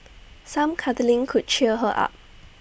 some cuddling could cheer her up